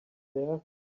there